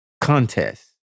contest